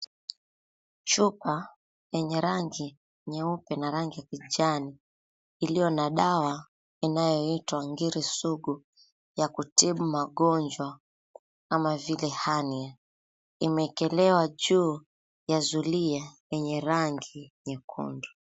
Chupa yenye rangi nyeupe na rangi kijani iliyo na dawa inayoitwa, Ngiri Sugu ya kutibu magonjwa kama vile hernia , imeekelea juu ya zulia yenye rangi nyekundu.